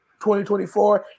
2024